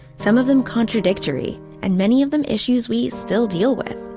some of them contradictory and many of them issues we still deal with.